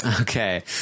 Okay